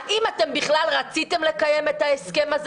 האם בכלל רציתם לקיים את ההסכם הזה